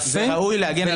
ראוי להגן עליו